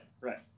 Right